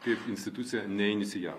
kaip institucija neinicijavo